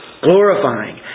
Glorifying